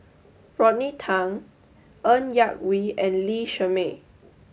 Rodney Tan Ng Yak Whee and Lee Shermay